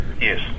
yes